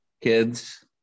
kids